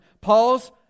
Paul's